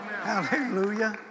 Hallelujah